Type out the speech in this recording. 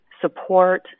support